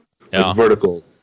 vertical